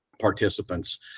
Participants